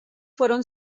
fueron